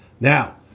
Now